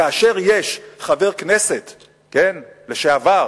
כאשר יש חבר כנסת לשעבר